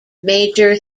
major